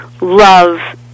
love